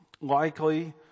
Likely